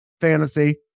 Fantasy